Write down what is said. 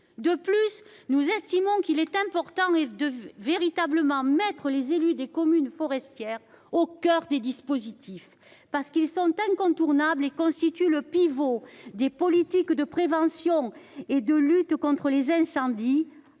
Ensuite, nous estimons qu'il est important de véritablement placer les élus des communes forestières au coeur des dispositifs, parce qu'ils sont incontournables et constituent le pivot des politiques de prévention et de lutte contre les incendies.